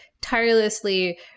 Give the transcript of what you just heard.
tirelessly